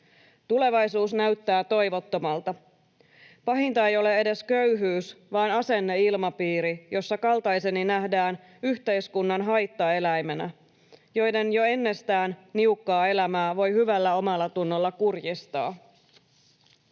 Tulevaisuus näyttää toivottomalta. Pahinta ei ole edes köyhyys, vaan asenneilmapiiri, jossa kaltaiseni nähdään yhteiskunnan haittaeläiminä, joiden jo ennestään niukkaa elämää voi hyvällä omallatunnolla kurjistaa.”